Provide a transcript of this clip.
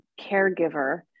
caregiver